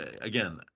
again